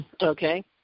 okay